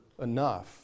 enough